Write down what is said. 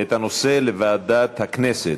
את הנושא לוועדת הכנסת.